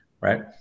right